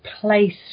place